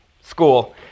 school